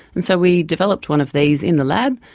and so we developed one of these in the lab.